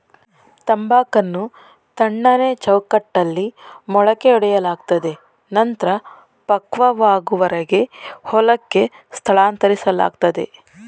ತಂಬಾಕನ್ನು ತಣ್ಣನೆ ಚೌಕಟ್ಟಲ್ಲಿ ಮೊಳಕೆಯೊಡೆಯಲಾಗ್ತದೆ ನಂತ್ರ ಪಕ್ವವಾಗುವರೆಗೆ ಹೊಲಕ್ಕೆ ಸ್ಥಳಾಂತರಿಸ್ಲಾಗ್ತದೆ